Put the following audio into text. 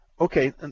Okay